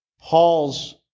Paul's